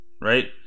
Right